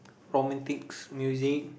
romantics music